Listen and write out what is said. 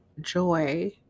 joy